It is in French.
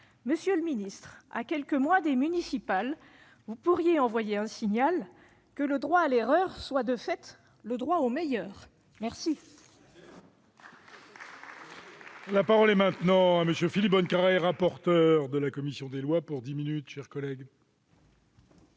corriger des erreurs. À quelques mois des municipales, vous pourriez envoyer un signal : que le droit à l'erreur soit, de fait, le droit au meilleur !